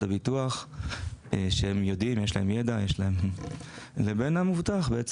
הביטוח שהם יודעים ויש להם יידע לבין המבוטח.